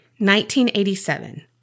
1987